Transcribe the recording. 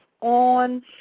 on